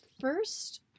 first